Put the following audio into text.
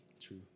True